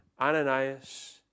Ananias